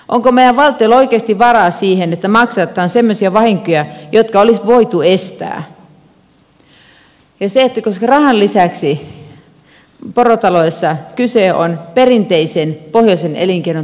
onko meidän valtiolla oikeasti varaa siihen että maksetaan semmoisia vahinkoja jotka olisi voitu estää koska rahan lisäksi porotaloudessa kyse on perinteisen pohjoisen elinkeinon tulevaisuudesta